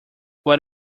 what